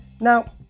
Now